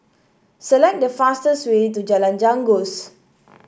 select the fastest way to Jalan Janggus